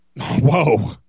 Whoa